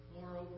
Moreover